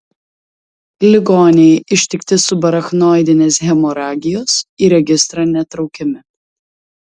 ligoniai ištikti subarachnoidinės hemoragijos į registrą netraukiami